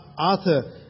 Arthur